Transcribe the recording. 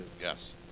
Yes